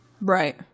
Right